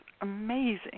amazing